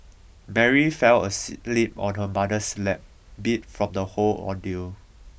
Mary fell asleep on her mother's lap beat from the whole ordeal